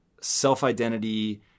self-identity